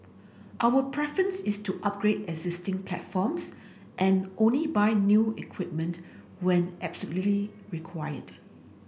our preference is to upgrade existing platforms and only buy new equipment when absolutely required